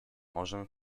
może